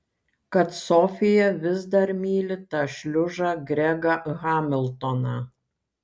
kad sofija vis dar myli tą šliužą gregą hamiltoną